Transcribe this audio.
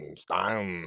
style